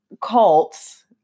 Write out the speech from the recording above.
cults